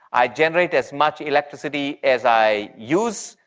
i generate as much electricity as i use,